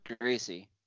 Gracie